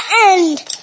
end